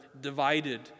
divided